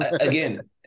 again